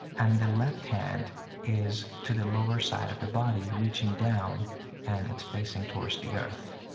and the left hand is to the lower side of the body reaching down and it's facing towards the earth.